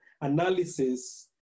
analysis